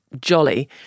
jolly